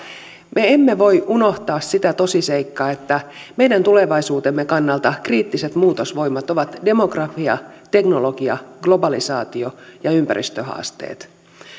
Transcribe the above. me emme voi unohtaa sitä tosiseikkaa että meidän tulevaisuutemme kannalta kriittiset muutosvoimat ovat demografia teknologia globalisaatio ja ympäristöhaasteet